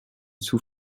sous